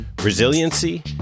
resiliency